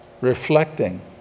reflecting